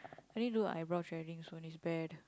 I need to do my eyebrows threading soon it's bad